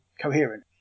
coherent